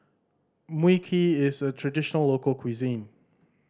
Mui Kee is a traditional local cuisine